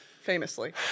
Famously